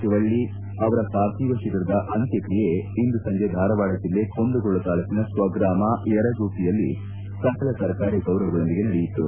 ಶಿವಳ್ಳಿ ಅವರ ಪಾರ್ಥಿವ ಶರೀರದ ಅಂತ್ಯಕ್ರಿಯೆ ಇಂದು ಸಂಜೆ ಧಾರವಾಡ ಜಿಲ್ಲೆ ಕುಂದಗೋಳ ತಾಲೂಕಿನ ಸ್ವಗ್ರಾಮ ಯರಗುಪ್ಪಿಯಲ್ಲಿ ಸಕಲ ಸರ್ಕಾರಿ ಗೌರವಗಳೊಂದಿಗೆ ನಡೆಯಿತು